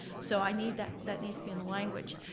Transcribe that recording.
so i need that, that needs to be in the language.